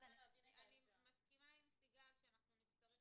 אני מסכימה עם סיגל מרד שאנחנו נצטרך